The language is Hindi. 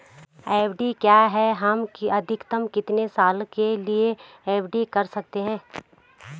एफ.डी क्या है हम अधिकतम कितने साल के लिए एफ.डी कर सकते हैं?